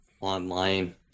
online